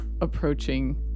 approaching